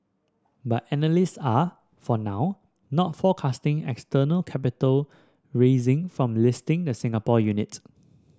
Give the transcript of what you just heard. but analysts are for now not forecasting external capital raising from listing the Singapore unit